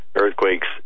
earthquakes